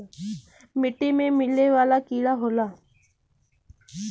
मिट्टी में मिले वाला कीड़ा होला